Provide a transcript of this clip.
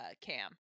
Cam